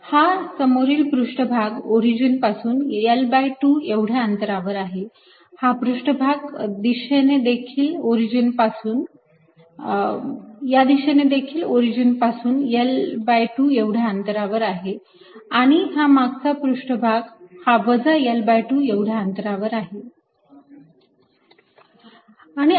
हा समोरील पृष्ठभाग ओरिजिन पासून L2 एवढ्या अंतरावर आहे हा समोरील पृष्ठभाग y दिशेने देखील ओरिजिन पासून L2 एवढ्या अंतरावर आहे आणि हा मागचा पृष्ठभाग हा वजा L2 एवढ्या अंतरावर आहे